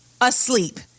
asleep